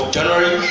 January